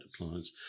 appliance